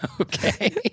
Okay